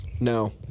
No